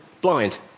blind